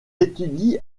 étudie